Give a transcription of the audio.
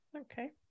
Okay